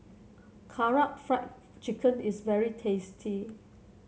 Karaage Fried Chicken is very tasty